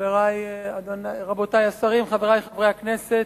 תודה רבה, רבותי השרים, חברי חברי הכנסת,